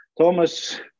Thomas